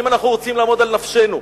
אם אנחנו רוצים לעמוד על נפשנו,